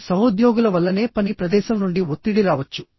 మీ సహోద్యోగుల వల్లనే పని ప్రదేశం నుండి ఒత్తిడి రావచ్చు